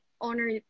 honor